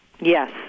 Yes